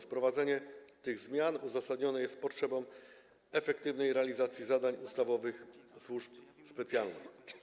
Wprowadzenie tych zmian uzasadnione jest potrzebą efektywnej realizacji zadań ustawowych służb specjalnych.